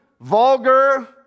vulgar